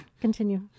Continue